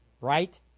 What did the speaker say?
Right